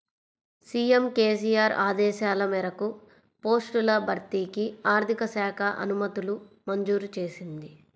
CM KCR ఆదేశాల మేరకు పోస్టుల భర్తీకి ఆర్థిక శాఖ అనుమతులు మంజూరు చేసింది